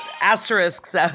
asterisks